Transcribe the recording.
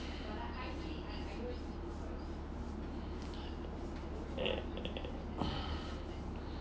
eh